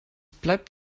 bleibt